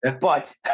but-